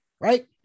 right